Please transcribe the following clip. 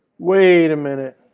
wait a minute.